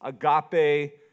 agape